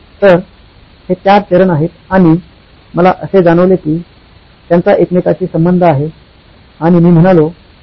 तर हे चार चरण आहेत आणि मला असे जाणवले कि त्यांचा एकमेकांशी संबंध आहे आणि मी म्हणालो "व्वा